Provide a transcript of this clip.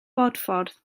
bodffordd